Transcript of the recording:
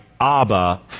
Abba